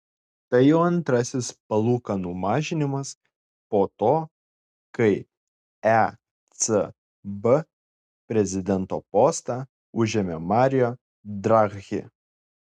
tai jau antrasis palūkanų mažinimas po to kai ecb prezidento postą užėmė mario draghi